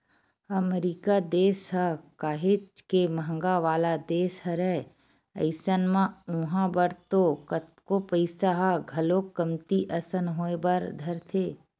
अमरीका देस ह काहेच के महंगा वाला देस हरय अइसन म उहाँ बर तो कतको पइसा ह घलोक कमती असन होय बर धरथे